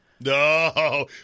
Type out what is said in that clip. No